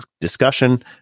discussion